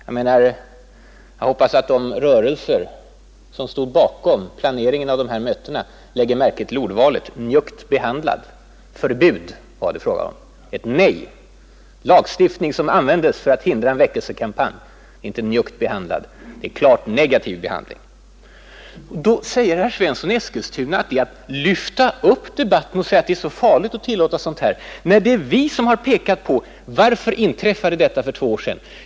Jag hoppas att de rörelser som stod bakom planeringen av mötena lägger märke till ordvalet ”njuggt behandlad”. Förbud var det fråga om, ett nej, en lagstiftning som användes för att hindra en väckelsekampanj. Inte ”njuggt behandlad”, — det var en klart negativ behandling. Då säger herr Svensson i Eskilstuna att det är att ”lyfta upp” debatten att påstå det är farligt att tillåta sådant här. Nej. det är vi som har pekat på principen och frågat varför detta kunde hända för två år sedan.